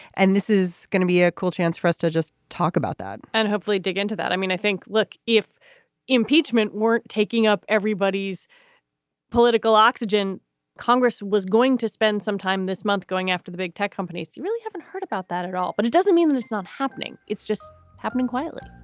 and this is going to be a cool chance for us to just talk about that and hopefully dig into that i mean i think look if impeachment weren't taking up everybody's political oxygen congress was going to spend some time this month going after the big tech companies. you really haven't heard about that at all. but it doesn't mean that it's not happening it's just happening quietly.